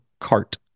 CART